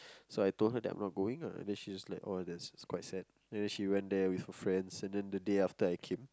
so I told her that I'm not going lah that's she was quite sad and then she went there with her friends and then the day after that I came